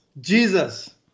Jesus